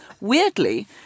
weirdly